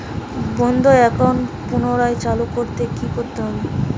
বন্ধ একাউন্ট পুনরায় চালু করতে কি করতে হবে?